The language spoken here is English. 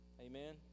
Amen